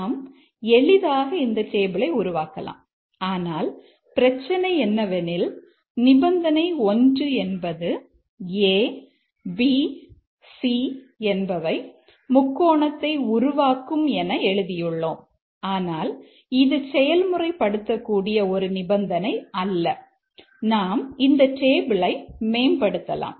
நாம் எளிதாக இந்த டேபிளை உருவாக்கலாம் ஆனால் பிரச்சனை என்னவெனில் நிபந்தனை 1 என்பது a b c என்பவை முக்கோணத்தை உருவாக்கும் என எழுதியுள்ளோம் ஆனால் இது செயல்முறை படுத்த கூடிய ஒரு நிபந்தனை அல்ல நாம் இந்த டேபிளை மேம்படுத்தலாம்